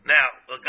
Now